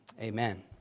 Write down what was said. Amen